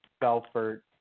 Belfort